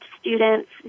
students